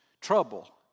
trouble